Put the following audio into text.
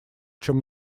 чем